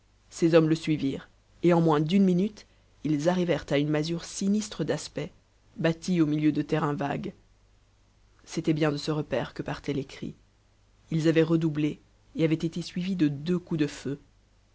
ses hommes le suivirent et en moins d'une minute ils arrivèrent à une masure sinistre d'aspect bâtie au milieu de terrains vagues c'était bien de ce repaire que partaient les cris ils avaient redoublé et avaient été suivis de deux coups de feu